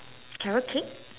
carrot cake